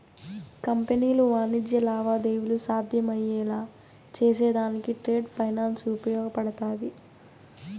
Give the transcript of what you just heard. కంపెనీలు వాణిజ్య లావాదేవీలు సాధ్యమయ్యేలా చేసేదానికి ట్రేడ్ ఫైనాన్స్ ఉపయోగపడతాది